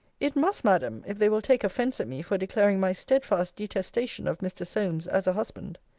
it must, madam, if they will take offence at me for declaring my steadfast detestation of mr. solmes, as a husband.